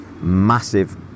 massive